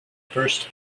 first